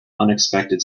unexpected